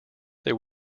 there